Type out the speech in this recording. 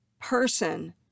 person